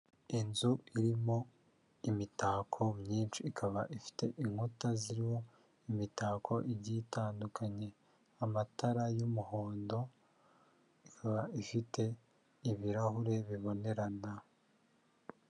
Inzu irimo imitako myinshi, ikaba ifite inkuta zirimo imitako igiye itandukanye, amatara y'umuhondo, ikaba ifite ibirahuri bibonerarana.